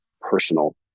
personal